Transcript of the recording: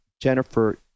Jennifer